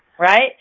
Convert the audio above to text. right